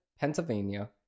Pennsylvania